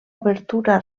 obertura